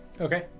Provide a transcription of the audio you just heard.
Okay